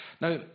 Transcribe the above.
Now